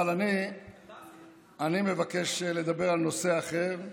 אבל אני מבקש לדבר על נושא אחר,